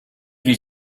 you